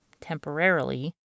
temporarily